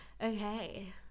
okay